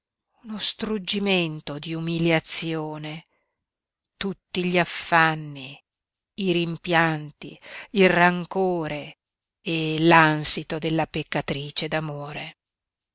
uno struggimento di umiliazione tutti gli affanni i rimpianti il rancore e l'ansito della peccatrice